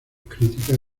críticas